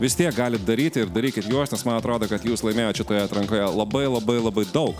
vis tiek galit daryti ir darykit juos nes man atrodo kad jūs laimėjot šitoje atrankoje labai labai labai daug